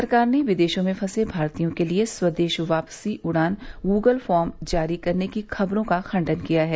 सरकार ने विदेशों में फसे भारतीयों के लिए स्वदेश वापसी उड़ान गूगल फॉर्म जारी करने की खबरों का खंडन किया है